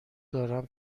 دارم